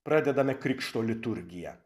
pradedame krikšto liturgiją